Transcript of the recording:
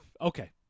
Okay